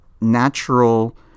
natural